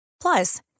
Plus